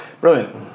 Brilliant